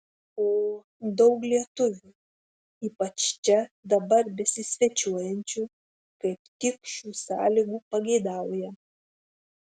o daug lietuvių ypač čia dabar besisvečiuojančių kaip tik šių sąlygų pageidauja